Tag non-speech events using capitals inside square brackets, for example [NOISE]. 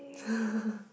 [LAUGHS]